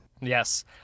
Yes